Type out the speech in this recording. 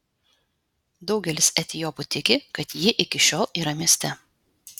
daugelis etiopų tiki kad ji iki šiol yra mieste